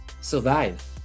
survive